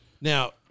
Now